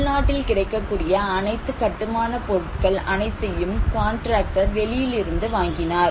உள்நாட்டில் கிடைக்கக்கூடிய அனைத்து கட்டுமான பொருட்கள் அனைத்தையும் காண்ட்ராக்டர் வெளியிலிருந்து வாங்கினார்